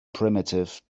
primitive